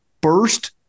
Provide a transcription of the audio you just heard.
burst